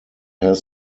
had